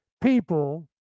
people